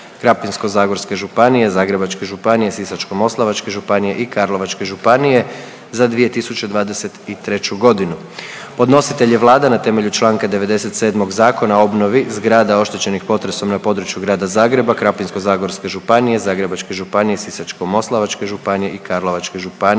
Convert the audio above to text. Krapinsko-zagorske županije, Zagrebačke županije, Sisačko-moslavačke županije i Karlovačke županije za 2023. godinu Podnositelj je Vlada na temelju Članka 97. Zakona o obnovi zgrada oštećenih potresom na području Grada Zagreba, Krapinsko-zagorske županije, Zagrebačke županije, Sisačko-moslavačke županije i Karlovačke županije.